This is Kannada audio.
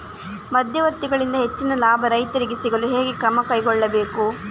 ಮಧ್ಯವರ್ತಿಗಳಿಂದ ಹೆಚ್ಚಿನ ಲಾಭ ರೈತರಿಗೆ ಸಿಗಲು ಹೇಗೆ ಕ್ರಮ ಕೈಗೊಳ್ಳಬೇಕು?